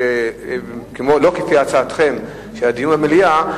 לא כפי הצעתכם שהדיון יהיה במליאה,